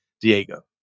Diego